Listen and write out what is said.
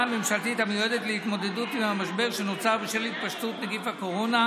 הממשלתית המיועדת להתמודדות עם המשבר שנוצר בשל התפשטות נגיף הקורונה,